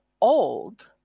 old